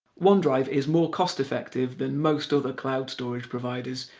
onedrive is more cost-effective than most other cloud storage providers.